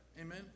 Amen